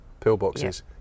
pillboxes